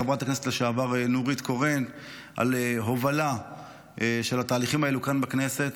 חברת הכנסת לשעבר נורית קורן על הובלה של התהליכים האלו כאן בכנסת.